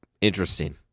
interesting